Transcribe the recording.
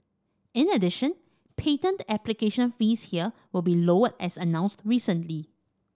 in addition patent application fees here will be lowered as announced recently